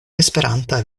esperanta